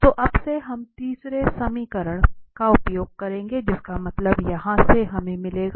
तो अब से हम तीसरे समीकरण का उपयोग करेंगे जिसका मतलब है यहां से हमें मिलेगा